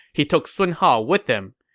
he took sun hao with him.